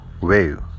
wave